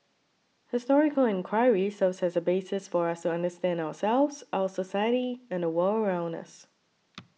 historical enquiry serves as a basis for us to understand ourselves our society and the world around us